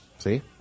See